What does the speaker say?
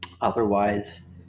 otherwise